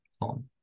on